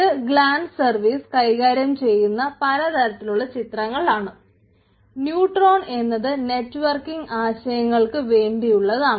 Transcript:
ഇത് glance service ആശയങ്ങൾക്ക് വേണ്ടിയുള്ളതാണ്